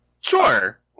Sure